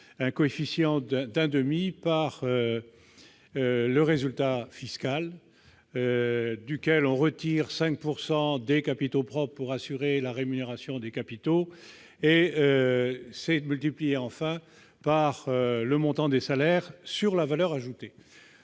un coefficient d'un demi par le résultat fiscal, duquel on retire 5 % des capitaux propres pour assurer la rémunération des capitaux. On multiplie enfin ce résultat par le montant des salaires sur la valeur ajoutée.